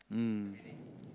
mm